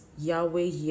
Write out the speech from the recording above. Yahweh